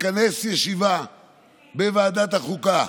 מכנס ישיבה בוועדת החוקה,